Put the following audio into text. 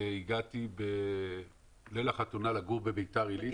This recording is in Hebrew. והגעתי בליל החתונה לגור בבית"ר עילית,